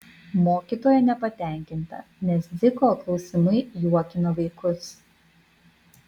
mokytoja nepatenkinta nes dziko klausimai juokina vaikus